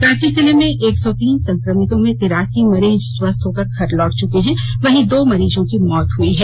रांची जिले में एक सौ तीन संक्रमितों में तिरासी मरीज स्वस्थ होकर घर लौट चुके हैं वहीं दो मरीजों की मौत हुई है